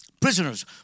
Prisoners